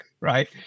right